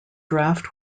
draft